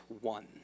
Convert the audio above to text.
one